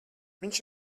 viņš